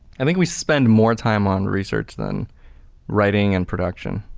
i think we spend more time on research than writing and production.